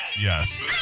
Yes